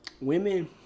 women